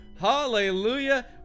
Hallelujah